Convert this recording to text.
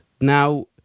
Now